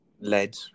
led